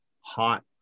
hot